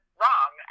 wrong